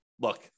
look